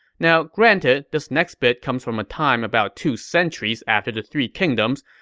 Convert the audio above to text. now granted, this next bit comes from a time about two centuries after the three kingdoms,